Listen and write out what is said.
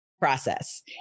process